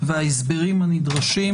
וההסברים הנדרשים,